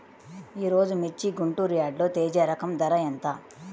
ఈరోజు మిర్చి గుంటూరు యార్డులో తేజ రకం ధర ఎంత?